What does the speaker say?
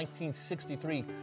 1963